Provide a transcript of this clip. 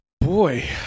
boy